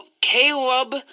Caleb